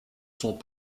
sont